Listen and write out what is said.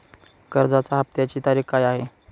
कर्जाचा हफ्त्याची तारीख काय आहे?